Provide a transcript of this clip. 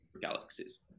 galaxies